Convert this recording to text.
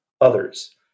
others